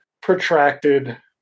protracted